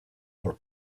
her